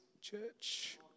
church